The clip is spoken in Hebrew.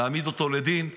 להעמיד אותו לדין,